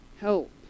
help